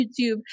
YouTube